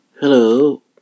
Hello